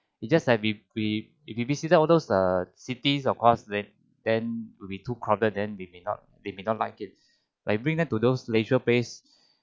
you just have we we if we visited all those err cities of course then then will be too crowded then we may not we may not like it like bring them to those leisure place